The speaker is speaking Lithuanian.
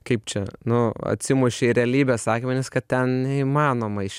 kaip čia nu atsimušė į realybės akmenis kad ten neįmanoma iš